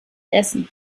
essen